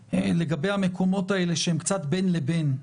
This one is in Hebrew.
לגבי המקומות האלה שהם קצת בין לבין,